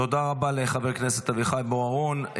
תודה רבה לחבר הכנסת אביחי בוארון.